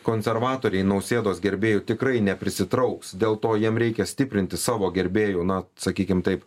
konservatoriai nausėdos gerbėjų tikrai neprisitrauks dėl to jiem reikia stiprinti savo gerbėjų na sakykim taip